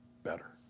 better